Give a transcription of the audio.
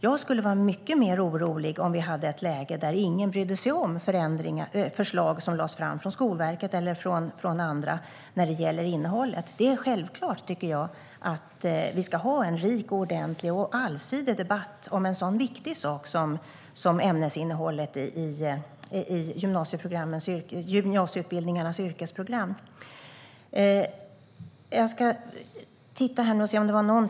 Jag skulle vara mycket mer orolig om vi hade ett läge där ingen brydde sig om förslag som lades fram från Skolverket eller andra beträffande innehållet. Det är självklart, tycker jag, att vi ska ha en rik, ordentlig och allsidig debatt om en så viktig sak som ämnesinnehållet i gymnasieutbildningarnas yrkesprogram.